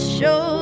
show